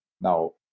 Now